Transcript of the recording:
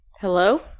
Hello